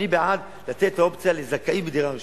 ואני בעד לתת את האופציה לזכאים בדירה ראשונה.